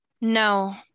no